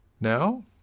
Now